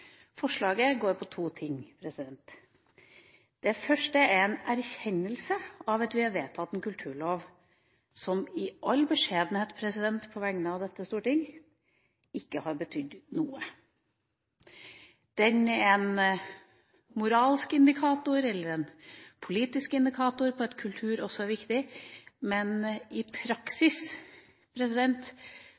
Forslaget går på to ting. Det første er en erkjennelse av at vi har vedtatt en kulturlov som – i all beskjedenhet på vegne av dette storting – ikke har betydd noe. Den er en moralsk indikator eller en politisk indikator på at kultur også er viktig, men i praksis